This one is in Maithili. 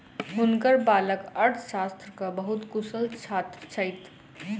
हुनकर बालक अर्थशास्त्रक बहुत कुशल छात्र छथि